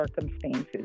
circumstances